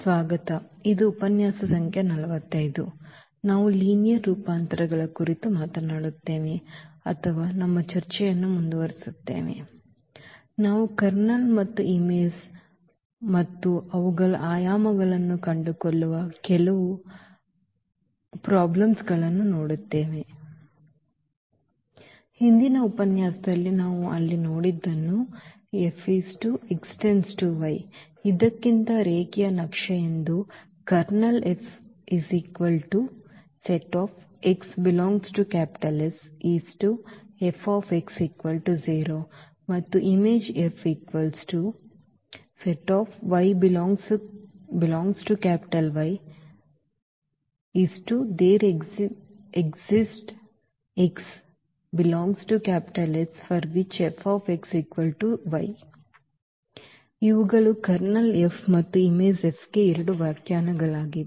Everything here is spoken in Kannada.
ಸ್ವಾಗತ ಮತ್ತು ಇದು ಉಪನ್ಯಾಸ ಸಂಖ್ಯೆ 45 ಮತ್ತು ನಾವು ಲೀನಿಯರ್ ರೂಪಾಂತರಗಳ ಕುರಿತು ಮಾತನಾಡುತ್ತೇವೆ ಅಥವಾ ನಮ್ಮ ಚರ್ಚೆಯನ್ನು ಮುಂದುವರಿಸುತ್ತೇವೆ ಇಂದು ನಾವು ಕರ್ನಲ್ ಮತ್ತು ಇಮೇಜ್ ಮತ್ತು ಅವುಗಳ ಆಯಾಮಗಳನ್ನು ಕಂಡುಕೊಳ್ಳುವ ಕೆಲವು ವರ್ಕೇಡ್ ಪ್ರಾಬ್ಲೆಮ್ಸ್ ಗಳನ್ನು ನೋಡುತ್ತೇವೆ ಹಿಂದಿನ ಉಪನ್ಯಾಸದಲ್ಲಿ ನಾವು ಅಲ್ಲಿ ನೋಡಿದ್ದನ್ನು F X → Y ಇದಕ್ಕಿಂತ ರೇಖೀಯ ನಕ್ಷೆ ಎಂದು Ker ಮತ್ತು Im F ಇವುಗಳು Ker ಮತ್ತು Im ಗೆ ಎರಡು ವ್ಯಾಖ್ಯಾನಗಳಾಗಿವೆ